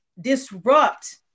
disrupt